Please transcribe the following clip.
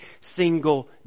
single